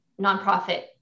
nonprofit